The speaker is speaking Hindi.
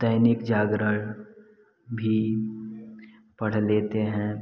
दैनिक जागरण भी पढ़ लेते हैं